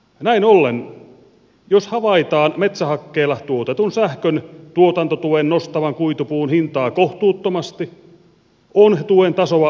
näin ollen jos havaitaan metsähakkeella tuotetun sähkön tuotantotuen nostavan kuitupuun hintaa kohtuuttomasti on tuen tasoa mietittävä uudestaan